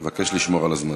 אני מבקש לשמור על הזמנים.